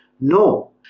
No